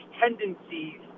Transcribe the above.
tendencies